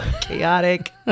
Chaotic